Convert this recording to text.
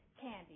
candy